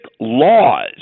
laws